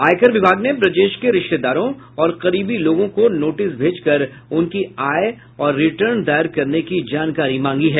आयकर विभाग ने ब्रजेश के रिश्तेदारों और करीबी लोगों को नोटिस भेज कर उनकी आय और रिटर्न दायर करने की जानकारी मांगी है